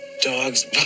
Dogs